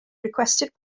requested